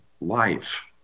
life